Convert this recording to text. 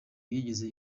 yigeze